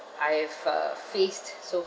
I've uh faced so